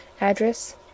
address